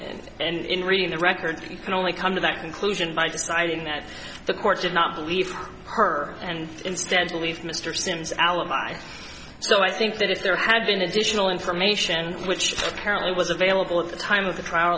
and in reading the record you can only come to that conclusion by deciding that the court did not believe her and instead believe mr simms alibi so i think that if there had been additional information which apparently was available at the time of the trial